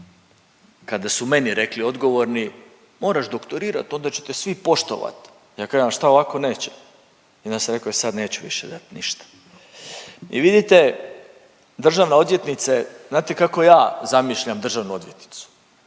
Kada su meni rekli odgovorni, moraš doktorirat, onda će te svi poštovati. Ja kažem, a šta, ovako neće? I onda sam rekao, e sad neću više dat ništa. I vidite, državna odvjetnice, znate kako ja zamišljam državnu odvjetnicu?